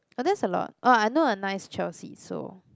but that's a lot oh I know a nice Chelsea so